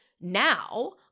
now